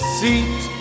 seat